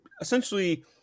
essentially